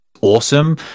awesome